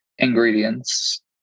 ingredients